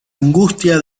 angustia